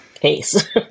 case